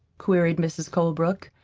queried mrs. colebrook.